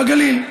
בגליל.